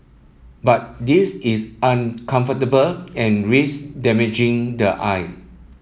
but this is uncomfortable and rise damaging the eye